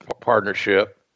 partnership